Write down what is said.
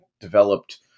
developed –